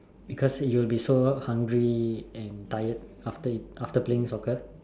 because you will be so hungry and tired after you after playing soccer